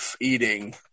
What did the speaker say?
eating